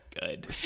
good